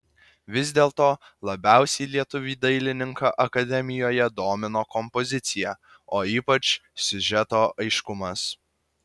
vis dėlto labiausiai lietuvį dailininką akademijoje domino kompozicija o ypač siužeto aiškumas